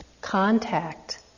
contact